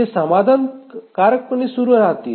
ते समाधानकारकपणे सुरु राहतील